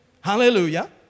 Hallelujah